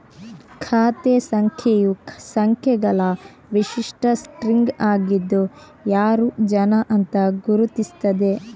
ಖಾತೆ ಸಂಖ್ಯೆಯು ಸಂಖ್ಯೆಗಳ ವಿಶಿಷ್ಟ ಸ್ಟ್ರಿಂಗ್ ಆಗಿದ್ದು ಯಾರು ಜನ ಅಂತ ಗುರುತಿಸ್ತದೆ